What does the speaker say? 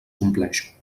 compleix